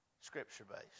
Scripture-based